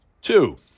Two